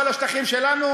כל השטחים שלנו,